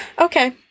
Okay